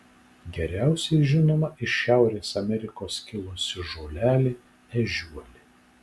geriausiai žinoma iš šiaurės amerikos kilusi žolelė ežiuolė